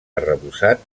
arrebossat